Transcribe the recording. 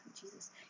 Jesus